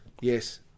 Yes